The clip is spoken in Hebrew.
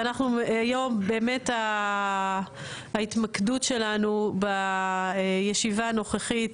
והיום באמת בהתמקדות שלנו בישיבה הנוכחית